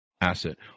asset